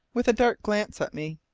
with a dark glance at me